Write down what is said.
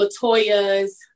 Latoya's